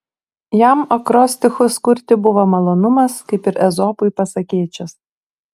jam akrostichus kurti buvo malonumas kaip ir ezopui pasakėčias